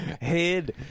Head